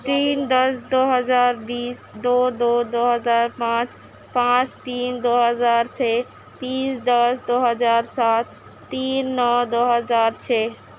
تین دس دو ہزار بیس دو دو دو ہزار پانچ پانچ تین دو ہزار چھ تیس دس دو ہزار سات تین نو دو ہزار چھ